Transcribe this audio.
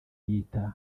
yita